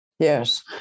Yes